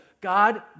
God